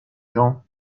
gens